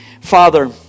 Father